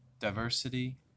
diversity